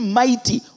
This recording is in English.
mighty